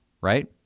right